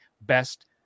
best